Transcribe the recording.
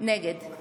נגד יבגני